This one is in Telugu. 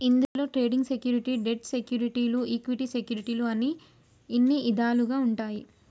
ఇందులో ట్రేడింగ్ సెక్యూరిటీ, డెట్ సెక్యూరిటీలు ఈక్విటీ సెక్యూరిటీలు అని ఇన్ని ఇదాలుగా ఉంటాయి